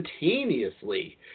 instantaneously